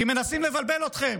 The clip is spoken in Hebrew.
כי מנסים לבלבל אתכם,